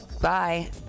bye